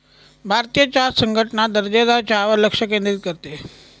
भारतीय चहा संघटना दर्जेदार चहावर लक्ष केंद्रित करते